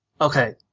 okay